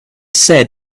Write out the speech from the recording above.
said